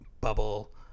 bubble